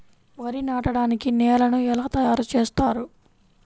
వరి నాటడానికి నేలను ఎలా తయారు చేస్తారు?